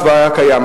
והוא כבר היה קיים.